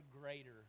greater